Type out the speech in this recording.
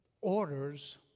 orders